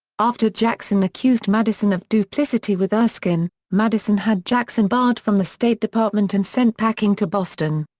after jackson accused madison of duplicity with erskine, madison had jackson barred from the state department and sent packing to boston.